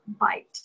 bite